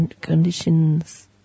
conditions